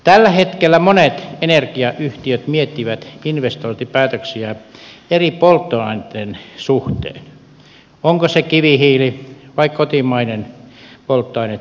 tällä hetkellä monet energiayhtiöt miettivät investointipäätöksiä eri polttoaineiden suhteen onko se kivihiili vai kotimainen polttoaine turve tai puu